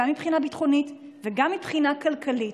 גם מבחינה ביטחונית וגם מבחינה כלכלית.